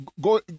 go